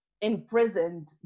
imprisoned